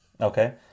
okay